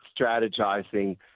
strategizing